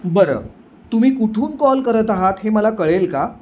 बरं तुम्ही कुठून कॉल करत आहात हे मला कळेल का